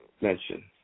mention